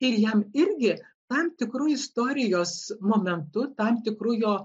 ir jam irgi tam tikru istorijos momentu tam tikru jo